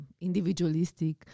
individualistic